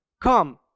come